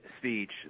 speech